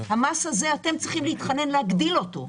המס הזה אתם צריכים להתחנן להגדיל אותו.